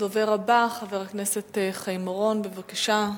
הדובר הבא, חבר הכנסת חיים אורון, בבקשה.